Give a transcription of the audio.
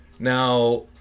Now